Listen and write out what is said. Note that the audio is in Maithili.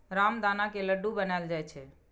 रामदाना के लड्डू बनाएल जाइ छै